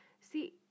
see